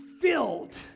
filled